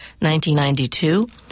1992